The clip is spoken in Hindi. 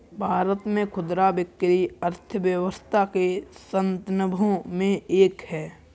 भारत में खुदरा बिक्री अर्थव्यवस्था के स्तंभों में से एक है